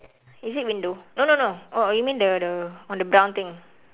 is it window no no no oh you mean the the on brown thing